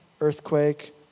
Earthquake